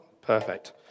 Perfect